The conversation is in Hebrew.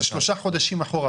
זה שלושה חודשים אחורה,